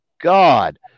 god